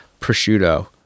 prosciutto